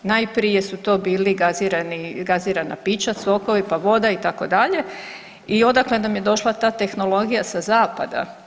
Najprije su to bili gazirana pića, sokovi pa voda, itd., i odakle nam je došla ta tehnologija, sa Zapada.